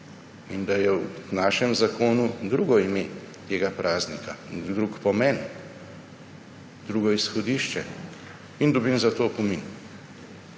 in da je v našem zakonu drugo ime tega praznika in drug pomen, drugo izhodišče, in dobim za to opomin.